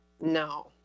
no